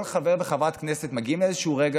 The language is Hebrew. כל חבר וחברת כנסת מגיעים לאיזשהו רגע